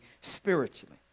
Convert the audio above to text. spiritually